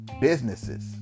businesses